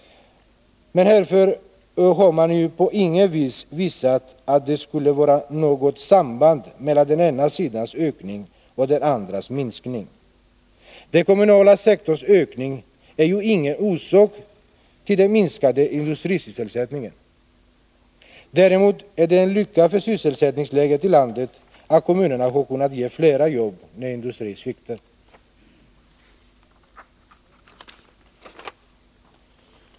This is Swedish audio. Men härför har man ju på intet vis visat att det skulle vara något samband mellan den ena sidans ökning och den andras minskning. Den kommunala sektorns ökning är ju ingen orsak till den minskade industrisysselsättningen. Däremot är det en lycka för sysselsättningsläget i landet att kommunerna har kunnat ge flera jobb när industrin sviktat.